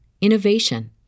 innovation